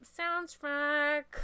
soundtrack